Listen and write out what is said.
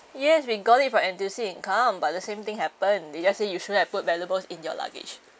yes we got it from N_T_U_C income but the same thing happened they just say you shouldn't have put valuables in your luggage